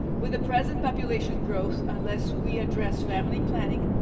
with the present population growth, unless we address family planning,